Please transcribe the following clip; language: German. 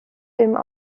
der